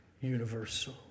universal